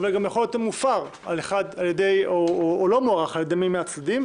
אבל גם יכול להיות מופר או לא מוארך על ידי מי מהצדדים,